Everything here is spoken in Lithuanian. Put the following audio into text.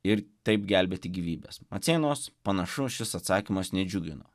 ir taip gelbėti gyvybes maceinos panašu šis atsakymas nedžiugino